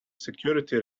security